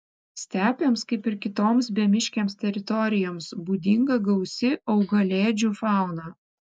stepėms kaip ir kitoms bemiškėms teritorijoms būdinga gausi augalėdžių fauna